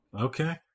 okay